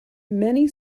many